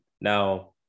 Now